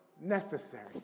necessary